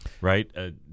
right